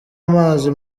amazi